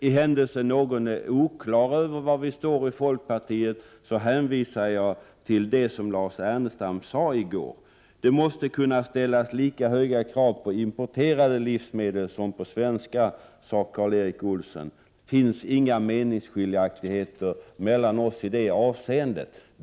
I händelse någon är oklar över var folkpartiet står i den här frågan hänvisar jag till det som Lars Ernestam sade i gårdagens debatt. Man måste kunna ställa lika höga krav på importerade livsmedel som på svenska, sade Karl Erik Olsson. Det finns inga meningsskiljaktigheter mellan oss i det avseendet.